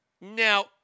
Now